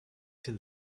till